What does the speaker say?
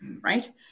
right